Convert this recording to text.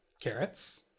carrots